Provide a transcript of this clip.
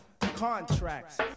contracts